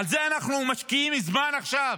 בזה אנחנו משקיעים זמן עכשיו?